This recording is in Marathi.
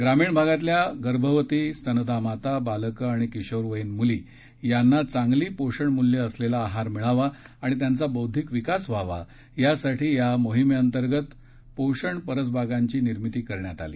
ग्रामीण भागातल्या गर्भवती स्तनदा माता बालकं आणि किशोरवयीन मुली यांना चांगली पोषणमूल्यं असलेला आहार मिळावा आणि त्यांचा बौद्विक विकास व्हावा यासाठी या मोहिमेअंतर्गत पोषण परसबागांची निर्मिती करण्यात आली